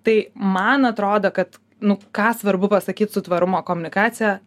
tai man atrodo kad nu ką svarbu pasakyt su tvarumo komunikacija